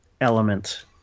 element